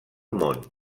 món